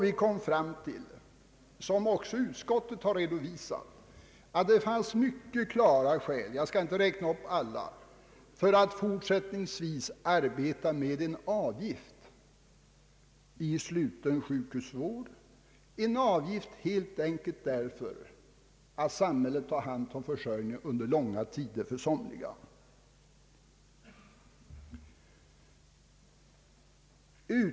Vi kom fram till, vilket också utskottet har redogjort för, att det finns starka skäl — jag skall inte räkna upp alla — för att i fortsättningen införa en avgift för den slutna sjukhusvården, helt enkelt därför att samhället under långa tider tar hand om försörjningen för somliga människor.